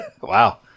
Wow